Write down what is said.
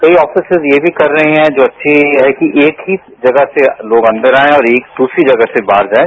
कई अफिसेज यह भी कर रहे हैं जो अच्छी है कि एक ही जगह से लोग अंदर आये और दूसरी जगह से बाहर जायें